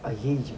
அய்யயோ:aiyayoo